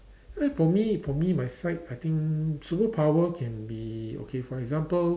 eh for me for me my side I think superpower can be okay for example